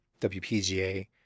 WPGA